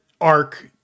arc